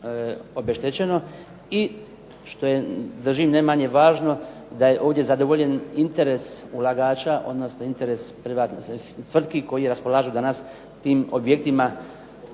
I što je držim najmanje važno da je ovdje zadovoljen interes ulagača odnosno interes privatnih tvrtki koji raspolažu danas s tim objektima za